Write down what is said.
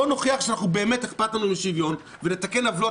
בואו נוכיח שבאמת אכפת לנו משוויון ונתקן עוולות